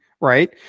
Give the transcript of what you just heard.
right